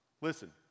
Listen